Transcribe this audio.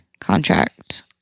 contract